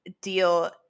deal